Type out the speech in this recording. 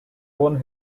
won